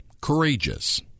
courageous